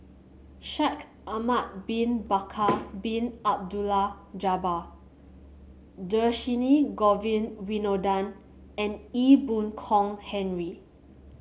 Shaikh Ahmad Bin Bakar Bin Abdullah Jabbar Dhershini Govin Winodan and Ee Boon Kong Henry